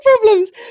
problems